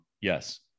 yes